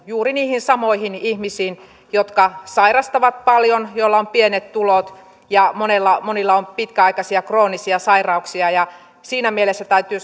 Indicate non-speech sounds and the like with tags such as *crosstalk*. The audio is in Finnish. juuri niihin samoihin ihmisiin jotka sairastavat paljon joilla on pienet tulot ja monilla on pitkäaikaisia kroonisia sairauksia siinä mielessä täytyy *unintelligible*